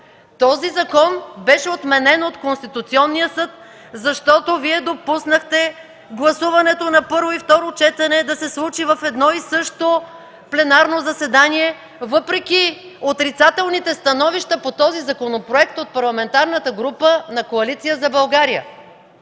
Този закон беше отменен от Конституционния съд, защото Вие допуснахте гласуването на първо и второ четене да се случи в едно и също пленарно заседание въпреки отрицателните становища по този законопроект от Парламентарната група на Коалиция за България.